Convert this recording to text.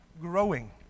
growing